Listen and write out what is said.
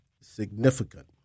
significant